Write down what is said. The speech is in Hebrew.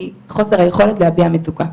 היא חוסר היכולת להביע מצוקה.